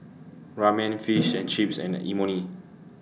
Ramen Fish and Chips and Imoni